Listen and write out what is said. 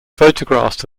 photographs